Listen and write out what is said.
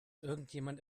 irgendjemand